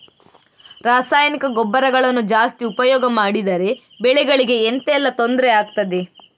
ರಾಸಾಯನಿಕ ಗೊಬ್ಬರಗಳನ್ನು ಜಾಸ್ತಿ ಉಪಯೋಗ ಮಾಡಿದರೆ ಬೆಳೆಗಳಿಗೆ ಎಂತ ಎಲ್ಲಾ ತೊಂದ್ರೆ ಆಗ್ತದೆ?